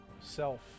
self